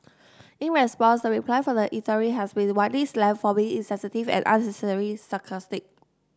in response the reply from the eatery has been widely slammed for being insensitive and unnecessarily sarcastic